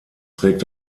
trägt